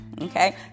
Okay